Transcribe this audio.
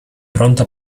pronto